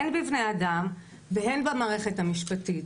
הן בבני האדם והן במערכת המשפטית.